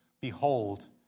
Behold